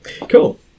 cool